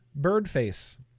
Birdface